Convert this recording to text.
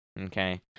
Okay